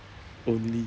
only